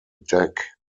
deck